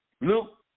Luke